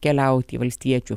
keliaut į valstiečių